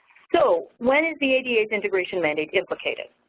so, when is the ada's integration mandate implicated?